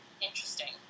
interesting